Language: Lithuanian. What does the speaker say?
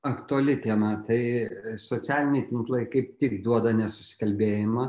aktuali tema tai socialiniai tinklai kaip tik duoda nesusikalbėjimą